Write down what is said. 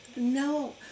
No